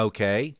Okay